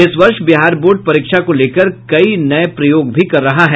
इस वर्ष बिहार बोर्ड परीक्षा को लेकर कई नये प्रयोग भी कर रहा है